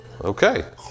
okay